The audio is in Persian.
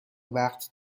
وقت